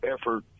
effort